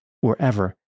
wherever